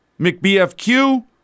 McBFQ